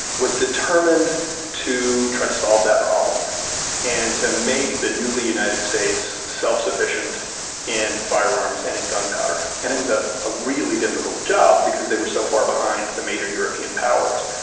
was determined to try to solve that problem and to make the newly united states self-sufficient in firearms and in gunpowder. and it was a ah really difficult job because they were so far behind the major european powers.